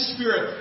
Spirit